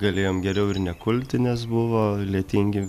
galėjom geriau ir nekulti nes buvo lietingi